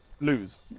lose